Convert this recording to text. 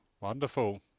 Wonderful